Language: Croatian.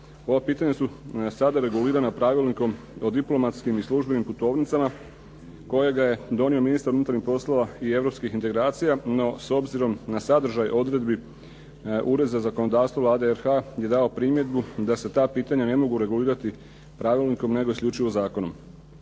Ova pitanja su sada regulirana pravilnikom o diplomatskim i službenim putovnicama kojega je donio ministar unutarnjih poslova i europskih integracija no s obzirom na sadržaj odredbi ured za zakonodavstvo Vlade RH je dao primjedbu da se ta pitanja ne mogu regulirati pravilnikom nego isključivo zakonom.